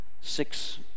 six